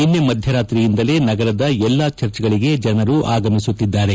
ನಿನ್ನೆ ಮಧ್ಯರಾತ್ರಿಯಿಂದಲೇ ನಗರದ ಎಲ್ಲಾ ಚರ್ಚ್ಗಳಿಗೆ ಜನರು ಆಗಮಿಸುತ್ತಿದ್ದಾರೆ